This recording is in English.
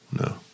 No